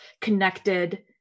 connected